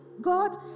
God